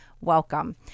welcome